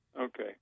Okay